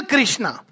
Krishna